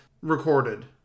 recorded